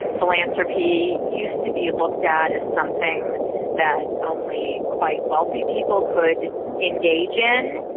philanthropy used to be looked at as something that only quite wealthy people could engage in,